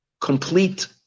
complete